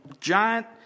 giant